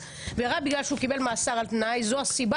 ורק בגלל שהוא קיבל מאסר על תנאי זו הסיבה